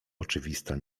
oczywista